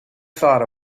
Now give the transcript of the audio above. thought